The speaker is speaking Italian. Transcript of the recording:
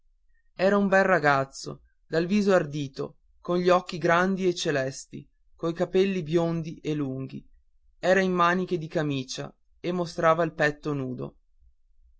era un bel ragazzo di viso ardito con gli occhi grandi e celesti coi capelli biondi e lunghi era in maniche di camicia e mostrava il petto nudo